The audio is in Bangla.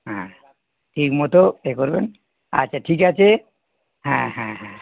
হ্যাঁ ঠিকমতো এ করবেন আচ্ছা ঠিক আছে হ্যাঁ হ্যাঁ হ্যাঁ